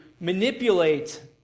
manipulate